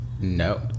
No